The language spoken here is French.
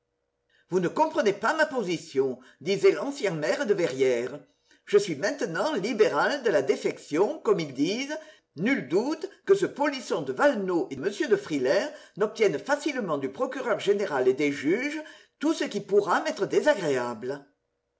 vous ne comprenez pas ma position disait l'ancien maire de verrières je suis maintenant libéral de la défection comme ils disent nul doute que ce polisson de valenod et m de frilair n'obtiennent facilement du procureur général et des juges tout ce qui pourra m'être désagréable